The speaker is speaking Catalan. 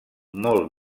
molt